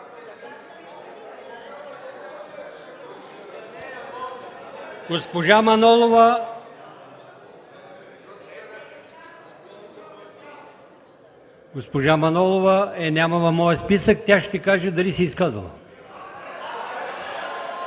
Госпожа Манолова я няма в моя списък. Тя ще каже дали се е изказвала.